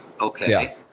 Okay